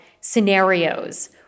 scenarios